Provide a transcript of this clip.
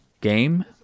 game